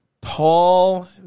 Paul